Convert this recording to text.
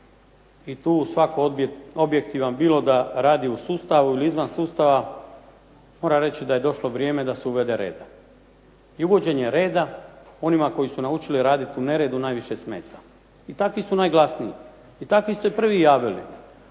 I tu svako objektivan bilo da radi u sustavu ili izvan sustava, mora reći da je došlo vrijeme da se uvede reda. I uvođenja reda onima koji su naučili raditi u neredu najviše smeta. I takvi su najglasniji i takvi se prvi javljaju.